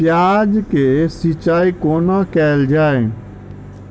प्याज केँ सिचाई कोना कैल जाए?